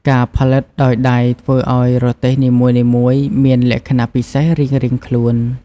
ការផលិតដោយដៃធ្វើឱ្យរទេះនីមួយៗមានលក្ខណៈពិសេសរៀងៗខ្លួន។